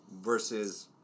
Versus